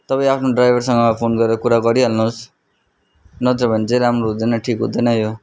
तपाईँ आफ्नो ड्राइभरसँग फोन गरेर कुरा गरिहाल्नुहोस् नत्र भने चाहिँ राम्रो हुँदैन ठिक हुँदैन यो